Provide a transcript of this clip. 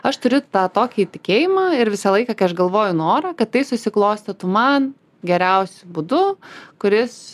aš turiu tą tokį tikėjimą ir visą laiką kai aš galvoju norą kad tai susiklostytų man geriausiu būdu kuris